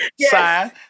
sign